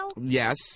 Yes